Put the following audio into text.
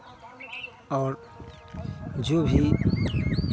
और जो ही